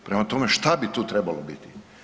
Prema tome, šta bi to trebalo biti?